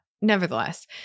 nevertheless